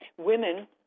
women